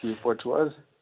ٹھیٖک پٲٹھۍ چھُو حظ